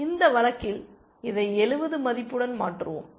இந்த வழக்கில் இதை 70 மதிப்புடன் மாற்றுவோம்